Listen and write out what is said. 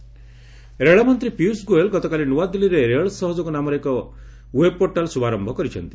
ଗୋଏଲ୍ ରେଳମନ୍ତ୍ରୀ ପୀୟୃଷ ଗୋଏଲ୍ ଗତକାଲି ନୂଆଦିଲ୍ଲୀରେ ରେଳ ସହଯୋଗ ନାମରେ ଏକ ଓ୍ୱେବ୍ ପୋର୍ଟାଲ୍ର ଶୁଭାରୟ କରିଛନ୍ତି